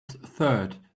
third